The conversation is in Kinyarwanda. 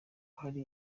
hari